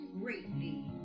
greatly